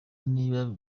niba